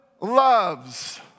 loves